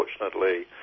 unfortunately